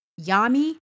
Yami